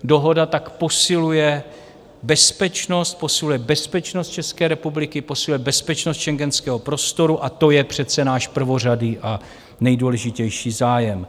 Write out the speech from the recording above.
Dohoda tak posiluje bezpečnost, posiluje bezpečnost České republiky, posiluje bezpečnost schengenského prostoru, a to je přece náš prvořadý a nejdůležitější zájem.